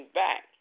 back